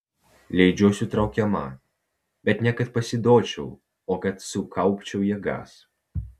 leidžiuosi traukiama bet ne kad pasiduočiau o kad sukaupčiau jėgas